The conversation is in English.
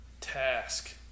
task